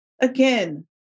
again